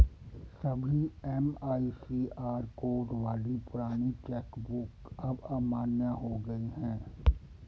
सभी MICR code वाली पुरानी चेक बुक अब अमान्य हो गयी है